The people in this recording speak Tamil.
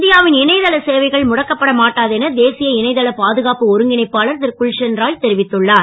இந்தியாவில் இணைய தள சேவைகள் முடக்கப்பட மாட்டாது என தேசிய இணைய தள பாதுகாப்பு ஒருங்கிணைப்பாளர் திருகுல்ஷன் ராய் தெரிவித்துள்ளார்